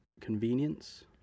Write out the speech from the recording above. convenience